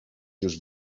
już